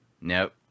Nope